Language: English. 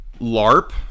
LARP